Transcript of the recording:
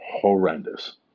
horrendous